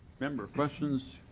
member questions?